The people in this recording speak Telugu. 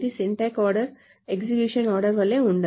సింటాక్స్ ఆర్డర్ ఎగ్జిక్యూషన్ ఆర్డర్ వలె ఉండదు